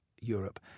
Europe